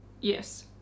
Yes